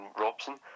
Robson